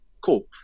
Cool